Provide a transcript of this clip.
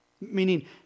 Meaning